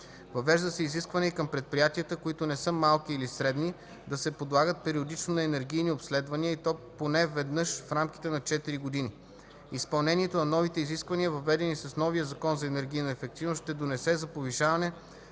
Въвежда се изискване и към предприятията, които не са малки или средни, да се подлагат периодично на енергийни обследвания, и то поне веднъж в рамките на четири години. Изпълнението на новите изисквания, въведени с новия Закон за енергийната ефективност ще допринесе за повишаване